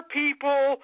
people